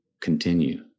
Continue